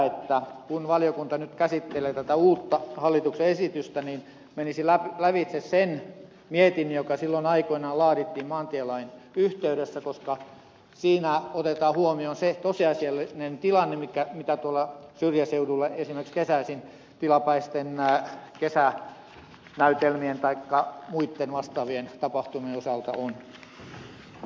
toivoisin kun valiokunta nyt käsittelee tätä uutta hallituksen esitystä että se kävisi läpi sen mietinnön joka silloin aikoinaan laadittiin maantielain yhteydessä koska siinä otetaan huomioon se tosiasiallinen tilanne mikä tuolla syrjäseuduilla esimerkiksi kesäisin tilapäisten kesänäytelmien taikka muitten vastaavien tapahtumien osalta on